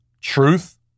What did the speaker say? truth